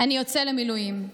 אני יוצא למילואים /